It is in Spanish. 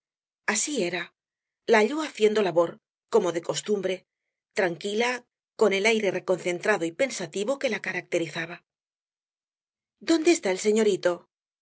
así era la halló haciendo labor como de costumbre tranquila con el aire reconcentrado y pensativo que la caracterizaba dónde está el señorito